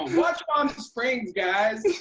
watch palm springs, guys.